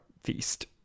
feast